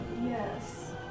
Yes